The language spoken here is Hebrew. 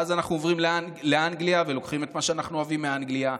ואז אנחנו עוברים לאנגליה ולוקחים את מה שאנחנו אוהבים מאנגליה,